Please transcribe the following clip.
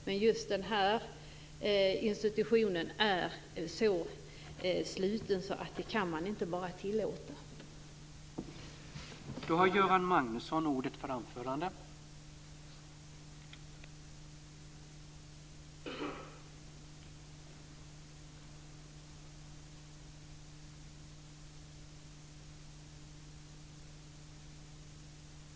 Men just Europol är så sluten att man bara inte kan tillåta den.